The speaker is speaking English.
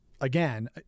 again